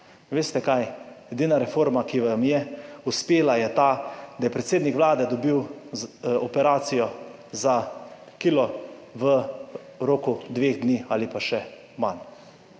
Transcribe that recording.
Veste, kaj? Edina reforma, ki vam je uspela, je ta, da je predsednik Vlade dobil operacijo za kilo v roku dveh dni ali pa še manj.